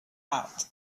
out